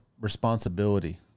responsibility